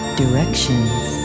directions